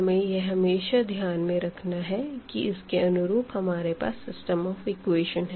हमें यह हमेशा ध्यान में रखना है कि इसके अनुरूप हमारे पास सिस्टम ऑफ इक्वेशन है